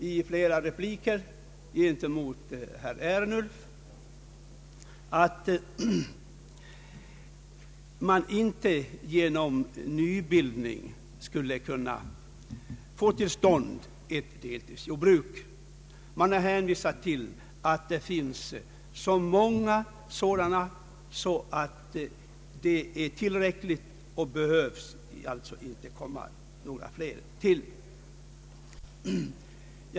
I flera repliker till herr Ernulf har det påståtts att man inte genom nybildning bör kunna få till stånd ett deltidsjordbruk. Man har hänvisat till att det finns så många sådana jordbruk att några flera inte behöver tillkomma.